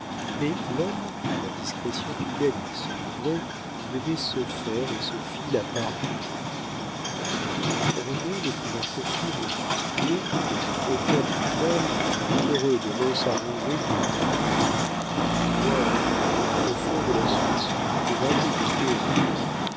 mais l'homme à la discrétion duquel il se livrait devait se faire et se fit la part du lion roguin ne pouvant poursuivre du tillet devant aucun tribunal fut heureux de l'os à ronger qui lui fut jeté de mois en mois au fond de la suisse où il trouva des beautés au rabais